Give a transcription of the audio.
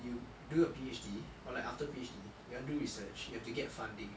you do a P_H_D or like after P_H_D you want do research you have to get funding